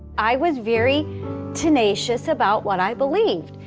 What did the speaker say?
i was very tenacious about what i believed.